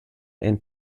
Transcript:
and